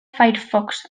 firefox